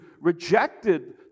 rejected